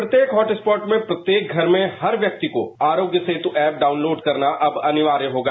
प्रत्येक hot spot में प्रत्येक घर में हर व्यक्ति को आरोग्य सेतु एप डाउनलोड करना अब अनिवार्य होगा